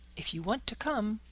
if you want to come,